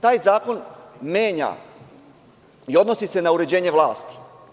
Taj zakon menja i odnosi se na uređenje vlasti.